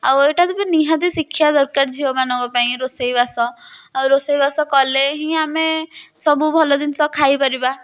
ଆଉ ଏଇଟା ବି ନିହାତି ଶିଖିବା ଦରକାର୍ ଝିଅମାନଙ୍କ ପାଇଁ ରୋଷେଇବାସ ରୋଷେଇବାସ କଲେ ହିଁ ଆମେ ସବୁ ଭଲ ଜିନିଷ ଖାଇପାରିବା